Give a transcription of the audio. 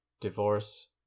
divorce